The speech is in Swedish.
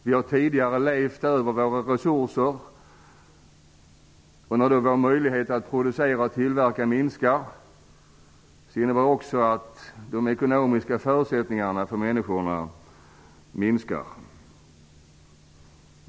Vi har tidigare levt över våra tillgångar, och när nu våra möjligheter att producera minskar innebär det att också människors ekonomiska förutsättningar försämras.